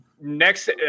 next